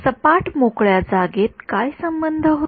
सपाट मोकळ्या जागेत काय संबंध होता